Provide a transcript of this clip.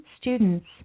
students